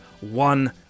One